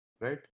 right